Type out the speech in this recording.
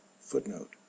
footnote